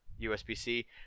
USB-C